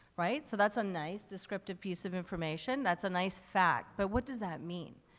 right? so that's a nice descriptive piece of information, that's a nice fact, but what does that mean?